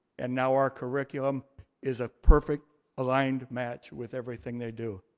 and now our curriculum is a perfect aligned match with everything they do.